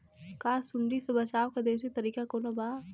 का सूंडी से बचाव क देशी तरीका कवनो बा?